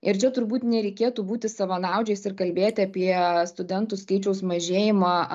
ir čia turbūt nereikėtų būti savanaudžiais ir kalbėti apie studentų skaičiaus mažėjimą